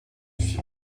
suis